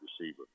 receiver